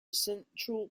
central